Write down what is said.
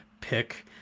pick